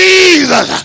Jesus